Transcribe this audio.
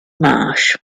marsh